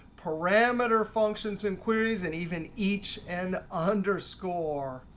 parameter functions and queries, and even each and underscore.